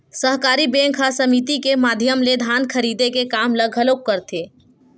सहकारी बेंक ह समिति के माधियम ले धान खरीदे के काम ल घलोक करथे